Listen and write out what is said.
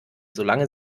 solange